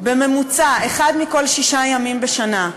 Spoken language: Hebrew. בממוצע אחד מול שישה ימים בשנה,